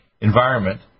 environment